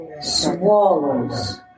swallows